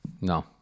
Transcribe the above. No